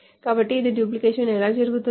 కాబట్టి డూప్లికేషన్ ఎలా జరుగుతుంది